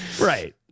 Right